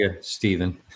Stephen